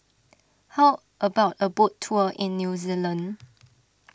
how about a boat tour in New Zealand